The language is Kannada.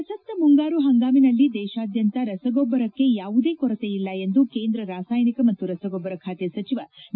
ಪ್ರಸಕ್ತ ಮುಂಗಾರು ಹಂಗಾಮಿನಲ್ಲಿ ದೇಶಾದ್ಯಂತ ರಸಗೊಬ್ಬರಕ್ಕೆ ಯಾವುದೇ ಕೊರತೆ ಇಲ್ಲ ಎಂದು ಕೇಂದ್ರ ರಾಸಾಯನಿಕ ಮತ್ತು ರಸಗೊಬ್ಬರ ಸಚಿವ ಡಿ